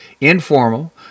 Informal